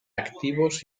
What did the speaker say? activos